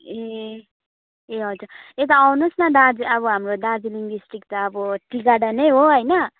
ए ए हजुर यता आउनुहोस् न दार्जिलिङ अब हाम्रो दार्जिलिङ डिस्ट्रिक्ट त अब टी गार्डन नै हो होइन